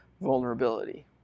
vulnerability